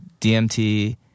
DMT